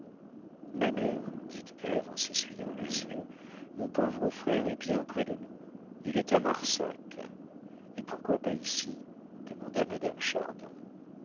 ma mère dit ève en s'essuyant les yeux mon pauvre frère est bien près de nous il est à marsac et pourquoi pas ici demanda madame chardon